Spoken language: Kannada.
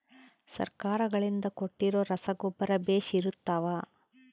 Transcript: ಸರ್ಕಾರಗಳಿಂದ ಕೊಟ್ಟಿರೊ ರಸಗೊಬ್ಬರ ಬೇಷ್ ಇರುತ್ತವಾ?